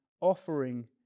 offering